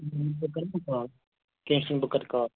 بہٕ کَرہو کال کیٚنٛہہ چھُنہٕ بہٕ کَرٕ کال